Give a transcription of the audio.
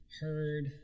heard